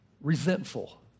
resentful